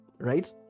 right